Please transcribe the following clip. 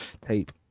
tape